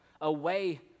away